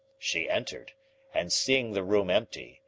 she entered and, seeing the room empty,